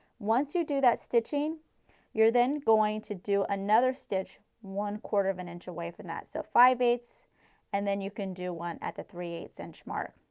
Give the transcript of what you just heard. once you do that stitching you are then going to do another stitch one quarter of an inch away from that. so five eight ths and then you can do one at the three eight ths inch mark.